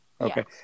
Okay